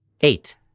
Eight